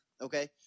Okay